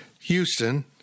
Houston